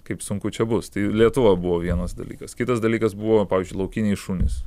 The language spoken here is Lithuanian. kaip sunku čia bus tai lietuva buvo vienas dalykas kitas dalykas buvo pavyzdžiui laukiniai šunys